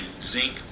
zinc